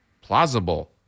plausible